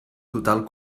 total